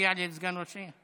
הגיע להיות סגן ראש עיר?